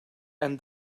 and